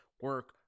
Work